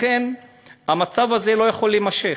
לכן, המצב הזה לא יכול להימשך.